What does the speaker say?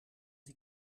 die